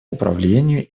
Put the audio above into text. управлению